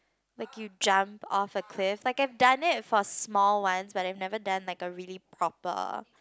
like you jump off a cliff I can done it for small ones but I never done like a really proper